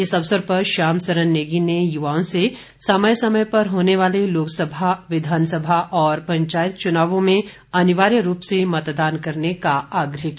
इस अवसर पर श्याम सरन नेगी ने युवाओं से समय समय पर होने वाले लोकसभा विधानसभा और पंचायत चुनावों में अनिवार्य रूप से मतदान करने का आग्रह किया